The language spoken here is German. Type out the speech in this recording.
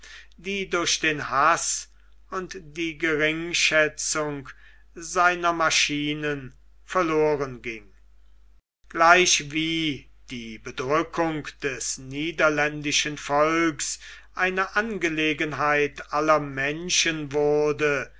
die durch den haß und die geringschätzung seiner maschinen verloren ging gleichwie die bedrückung des niederländischen volks eine angelegenheit aller menschen wurde